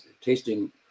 tasting